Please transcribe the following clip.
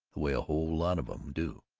the way a whole lot of em do.